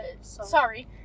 Sorry